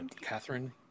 Catherine